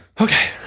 okay